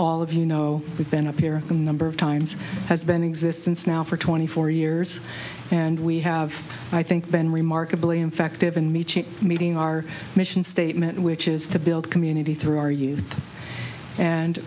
mall of you know we've been up here a number of times has been in existence now for twenty four years and we have i think been remarkably infective in meeting our mission statement which is to build community through our youth and